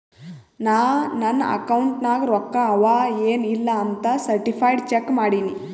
ನಾ ನನ್ ಅಕೌಂಟ್ ನಾಗ್ ರೊಕ್ಕಾ ಅವಾ ಎನ್ ಇಲ್ಲ ಅಂತ ಸರ್ಟಿಫೈಡ್ ಚೆಕ್ ಮಾಡಿನಿ